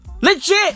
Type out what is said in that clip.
Legit